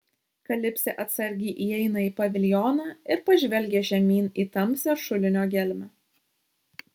kalipsė atsargiai įeina į paviljoną ir pažvelgia žemyn į tamsią šulinio gelmę